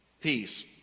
peace